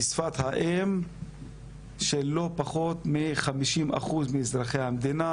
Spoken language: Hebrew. היא שפת האם של לא פחות מ-50 אחוזים מאזרחי המדינה,